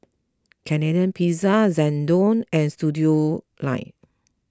Canadian Pizza Xndo and Studioline